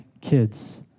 kids